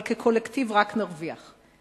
אבל כקולקטיב רק נרוויח.